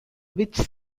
which